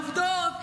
עדיף.